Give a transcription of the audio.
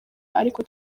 ariko